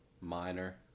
Minor